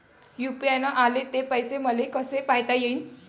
UPI न आले ते पैसे मले कसे पायता येईन?